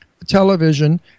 television